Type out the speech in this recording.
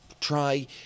try